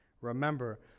remember